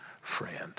friend